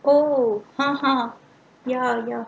oh !huh! !huh! ya